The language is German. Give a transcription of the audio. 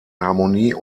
harmonie